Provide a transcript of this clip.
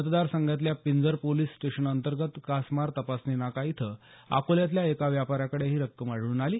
मतदारसंघातल्या Pinjar police station अंतर्गत कासमार तपासणी नाका इथं अकोल्यातल्या एका व्यापाऱ्याकडे ही रक्कम आढळून आली